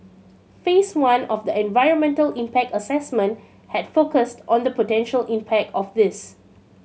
Phase One of the environmental impact assessment had focused on the potential impact of this